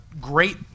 great